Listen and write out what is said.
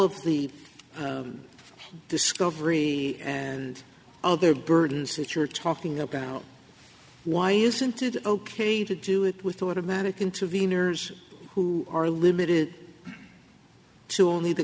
of the discovery and other burdens that you're talking about why isn't it ok to do it with automatic intervenors who are limited to only the